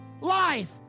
Life